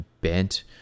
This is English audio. bent